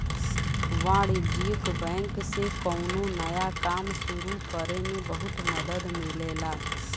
वाणिज्यिक बैंक से कौनो नया काम सुरु करे में बहुत मदद मिलेला